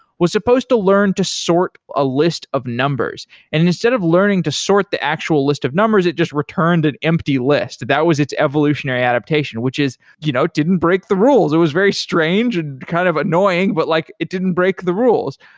was supposed to learn to sort a list of numbers and instead of learning to sort the actual list of numbers, it just returned an empty list. so that was its evolutionary adaptation, which is you know didn't break the rules. it was very strange and kind of annoying, but like it didn't break the rules.